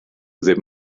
ddim